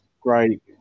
great